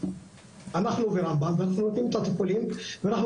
אנחנו ורמב"ם ואנחנו נותנים את הטיפולים ואנחנו